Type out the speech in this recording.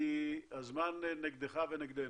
כי הזמן נגדך ונגדנו.